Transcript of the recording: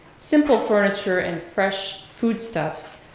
simple furniture, and fresh foodstuffs,